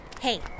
Hey